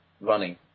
running